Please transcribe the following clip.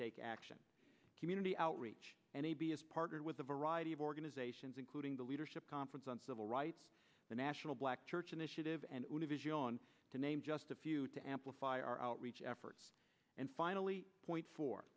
take action community outreach and a b s partnered with a variety of organizations including the leadership conference on civil rights the national black church initiative and one of his yawn to name just a few to amplify our outreach efforts and finally point fo